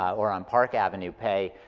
or on park avenue pay,